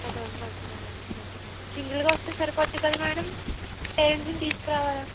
five thousand అవుతుందా madam okay madam సింగిల్గా వస్తే సరిపోతుంది కదా మ్యాడం పేరెంట్స్ని తీసుకురావాలా